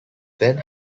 then